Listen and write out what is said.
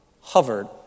hovered